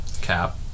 Cap